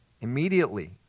immediately